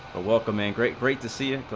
welcoming great great to see and